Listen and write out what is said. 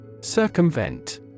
Circumvent